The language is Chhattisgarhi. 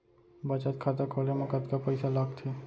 बचत खाता खोले मा कतका पइसा लागथे?